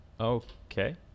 Okay